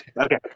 Okay